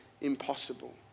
impossible